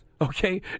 Okay